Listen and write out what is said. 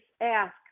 ask